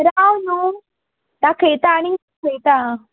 राव नू दाखयतां आनीक पळयतां